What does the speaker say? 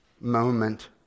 moment